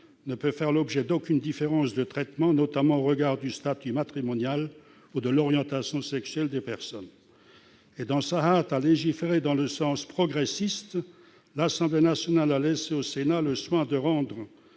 ne peut faire l'objet d'aucune « différence de traitement, notamment au regard du statut matrimonial ou de l'orientation sexuelle des personnes ». Dans sa hâte à légiférer dans le sens « progressiste », l'Assemblée nationale a laissé au Sénat le soin de